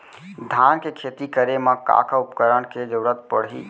धान के खेती करे मा का का उपकरण के जरूरत पड़हि?